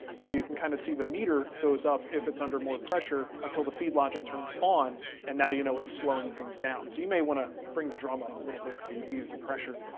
so, you can kind of see the meter goes up if it's under more pressure until the feed logic turns on and now you know it's slowing things down. so, you may want to bring the drum up a little bit to ease the pressure.